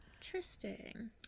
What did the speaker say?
Interesting